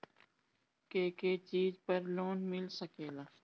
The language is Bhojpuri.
के के चीज पर लोन मिल सकेला?